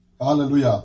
Hallelujah